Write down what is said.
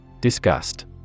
Disgust